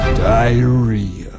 diarrhea